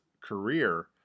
career